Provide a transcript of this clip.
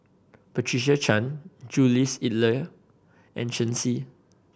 Patricia Chan Jules Itier and Shen Xi